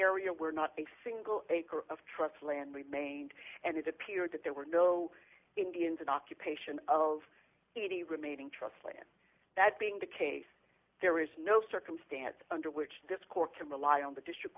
area where not a single of trust land remained and it appeared that there were no indians and occupation of the remaining trust land that being the case there is no circumstance under which this court can rely on the district